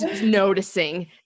noticing